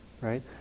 right